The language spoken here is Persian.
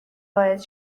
وارد